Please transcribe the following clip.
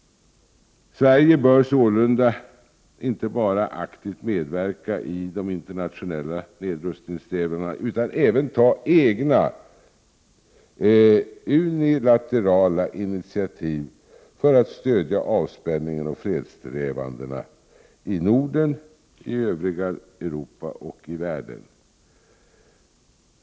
Sverige bör sålunda inte bara aktivt medverka i de internationella nedrustningssträvandena utan även ta egna unilaterala initiativ för att stödja avspänningen och fredssträvandena i Norden, i övriga Europa och i världen.